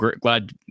glad